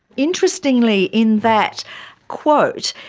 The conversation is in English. interestingly in that quote,